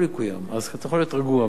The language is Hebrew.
אז אתה יכול להיות רגוע בנושא ההסכם.